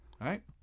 right